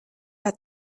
hat